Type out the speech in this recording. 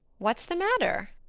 what's the matter?